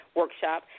workshop